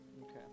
Okay